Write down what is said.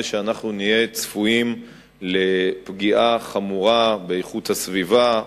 אנחנו נהיה צפויים לפגיעה חמורה באיכות הסביבה,